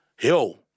yo